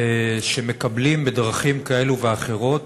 ומקבלים בדרכים כאלו ואחרות